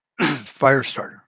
Firestarter